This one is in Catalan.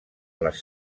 les